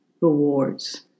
rewards